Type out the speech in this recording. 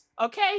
okay